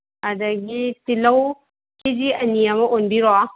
ꯑꯗꯒꯤ ꯇꯤꯜꯍꯧ K G ꯑꯅꯤ ꯑꯃ ꯑꯣꯟꯕꯤꯔꯣ